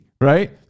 Right